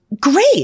Great